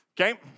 okay